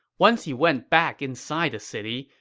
once he went back inside the city,